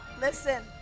listen